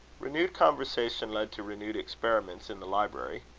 renewed conversation led to renewed experiments in the library.